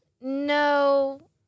No